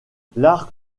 l’art